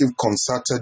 concerted